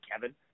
Kevin